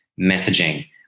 messaging